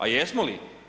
A jesmo li?